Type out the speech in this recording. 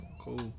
Cool